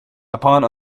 upon